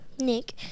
Nick